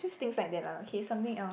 just thinks like that lah okay something else